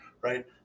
right